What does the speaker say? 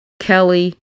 Kelly